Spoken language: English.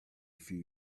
few